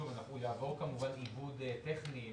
שוב, הוא יעבור כמובן עיבוד טכני בנוסח.